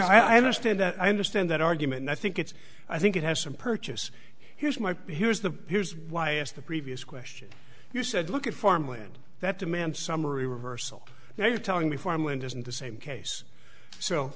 gas i understand that i understand that argument i think it's i think it has some purchase here's my here's the here's why as the previous question you said look at farmland that demand summary reversal now you're telling me farmland isn't the same case so